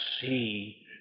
see